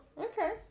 okay